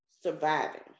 surviving